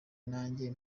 nanjye